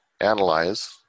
analyze